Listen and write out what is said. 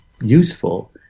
useful